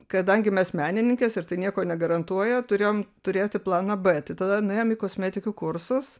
kadangi mes menininkės ir tai nieko negarantuoja turėjom turėti planą b tai tada nuėjom į kosmetikių kursus